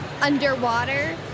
underwater